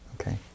Okay